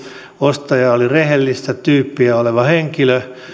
ostaja oli rehellistä tyyppiä oleva henkilö